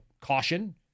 caution